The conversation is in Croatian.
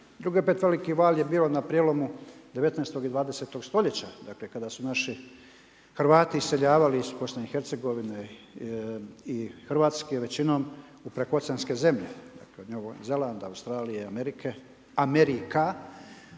Drugi opet veliki val je bio na prijelomu 19. i 20. stoljeća, dakle kada su naši Hrvati iseljavali iz Bosne i Hercegovine i Hrvatske većinom u prekooceanske zemlje dakle, Novog Zelanda, Australije, Amerike, Amerika,